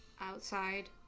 outside